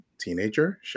teenager